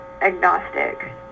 agnostic